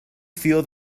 feel